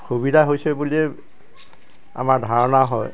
সুবিধা হৈছে বুলিয়ে আমাৰ ধাৰণা হয়